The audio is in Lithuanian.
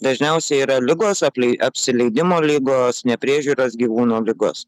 dažniausiai yra ligos aplei apsileidimo ligos nepriežiūros gyvūno ligos